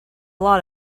lot